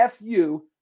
FU